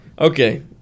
Okay